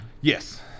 yes